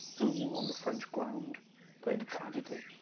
who on the french ground play'd a tragedie,